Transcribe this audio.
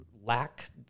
lack